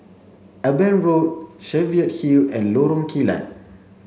Eben Road Cheviot Hill and Lorong Kilat